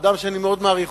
אדם שאני מאוד מעריך,